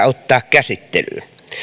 ottaa käsittelyyn